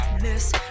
Miss